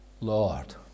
Lord